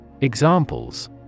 Examples